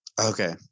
Okay